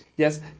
Yes